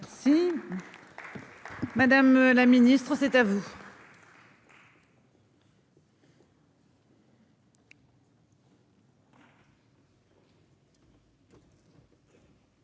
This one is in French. Si Madame la Ministre, c'est à vous.